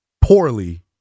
poorly